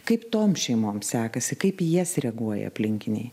kaip toms šeimoms sekasi kaip į jas reaguoja aplinkiniai